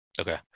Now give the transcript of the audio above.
okay